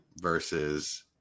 versus